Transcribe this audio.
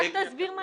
רק תסביר,